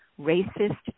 Racist